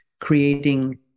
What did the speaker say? creating